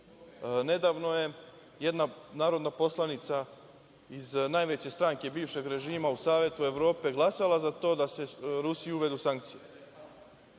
Nedavno je jedna narodna poslanica iz najveće stranke bivšeg režima u Savetu Evrope glasala za to da se Rusiji uvedu sankcije.